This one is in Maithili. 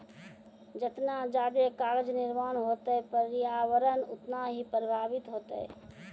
जतना जादे कागज निर्माण होतै प्रर्यावरण उतना ही प्रभाबित होतै